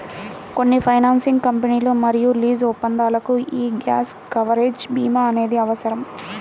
కొన్ని ఫైనాన్సింగ్ కంపెనీలు మరియు లీజు ఒప్పందాలకు యీ గ్యాప్ కవరేజ్ భీమా అనేది అవసరం